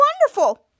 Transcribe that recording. wonderful